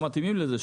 כשמתאימים לזה,